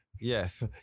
Yes